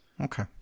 Okay